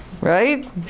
Right